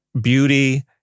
beauty